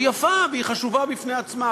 היא יפה והיא חשובה בפני עצמה,